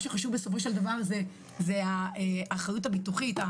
מה שחשוב בסופו של דבר זה האחריות הביטוחית.